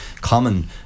common